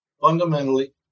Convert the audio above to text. fundamentally